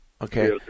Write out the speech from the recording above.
Okay